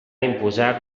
imposar